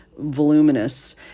voluminous